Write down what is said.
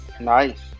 Nice